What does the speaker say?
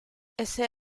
ese